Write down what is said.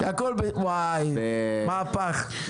מהפך.